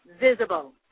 visible